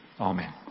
Amen